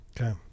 Okay